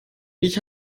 ich